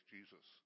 Jesus